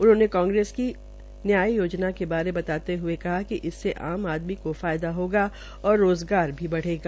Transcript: उन्होंने कांग्रेस की न्याय योजना के बारे बताते ह्ये कहा कि इससे आम आदमी को फायदा होगा और रोज़गार भी बढ़ेगा